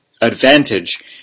advantage